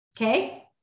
Okay